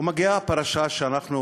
ומגיעה פרשה שאנחנו